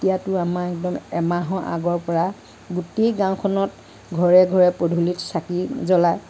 তেতিয়াটো আমাৰ একদম এমাহৰ আগৰ পৰা গোটেই গাঁওখনত ঘৰে ঘৰে পদূলিত চাকি জ্বলায়